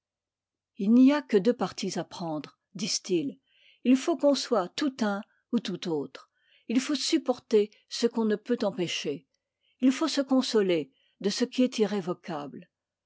d'eux y a que deux partis aprekcfp'e disent-ils t am qu'on soit tout un ou tout autre il faut supporter ce çm'om ne peut e tp caer il faut se consoler de ce qui est irrévocable